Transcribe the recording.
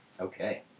Okay